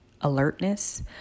alertness